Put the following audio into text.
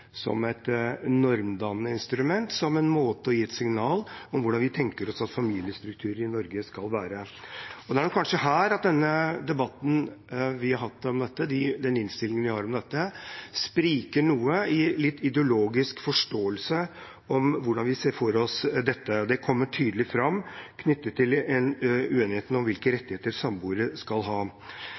måte å gi et signal på om hvordan vi tenker oss at familiestrukturer i Norge skal være. Det er kanskje her denne debatten vi har hatt, og den innstillingen vi har, spriker noe i den ideologiske forståelsen av hvordan vi ser for oss dette. Det kommer tydelig fram knyttet til uenigheten om hvilke rettigheter samboere skal ha.